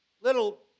little